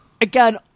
Again